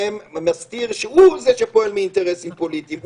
מסתיר שהוא זה שפועל מאינטרסים פוליטיים.